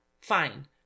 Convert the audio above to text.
Fine